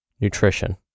Nutrition